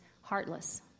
heartless